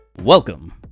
welcome